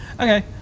Okay